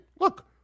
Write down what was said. look